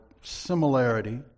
similarity